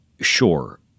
sure